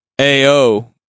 A-O